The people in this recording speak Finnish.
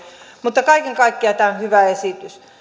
mutta kaiken kaikkiaan tämä on hyvä esitys